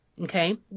Okay